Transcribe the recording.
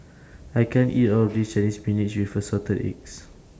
I can't eat All of This Chinese Spinach with Assorted Eggs